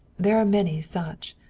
there are many such.